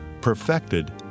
perfected